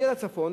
להגיע לצפון,